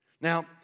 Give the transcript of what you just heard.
Now